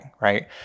right